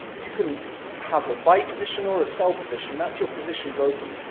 you can have a buy position or a sell position that's your positions open.